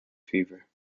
fever